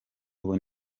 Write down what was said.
ubu